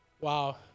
Wow